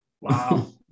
Wow